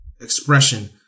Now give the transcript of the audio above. expression